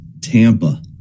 Tampa